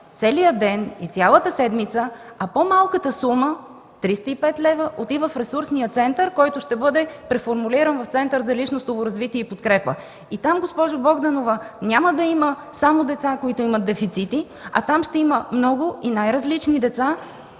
целия ден и цялата седмица, а по-малката сума – 305 лв., отива в ресурсния център, който ще бъде преформулиран в Център за личностно развитие и подкрепа. И там, госпожо Богданова, няма да има само деца, които имат дефицити, а ще има много и най-различни деца,